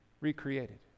recreated